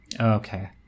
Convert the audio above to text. Okay